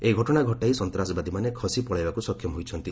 ଏହି ଘଟଣା ଘଟାଇ ସନ୍ତାସବାଦୀମାାନେ ଖସି ପଳାଇବାକୁ ସକ୍ଷମ ହୋଇଛନ୍ତି